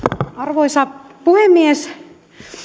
arvoisa puhemies